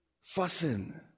fussing